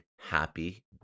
happy